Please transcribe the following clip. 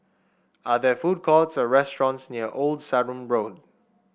are there food courts or restaurants near Old Sarum Road